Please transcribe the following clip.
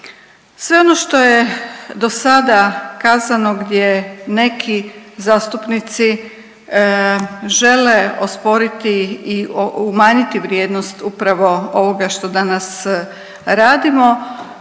Sve ono što je do sada kazano gdje neki zastupnici žele osporiti i umanjiti vrijednost upravo ovoga što danas radimo